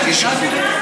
בשביל מה?